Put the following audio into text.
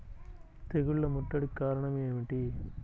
తెగుళ్ల ముట్టడికి కారణం ఏమిటి?